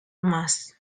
mast